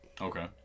Okay